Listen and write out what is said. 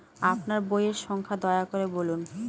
আপনার বইয়ের সংখ্যা দয়া করে বলুন?